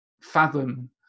fathom